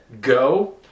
go